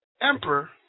emperor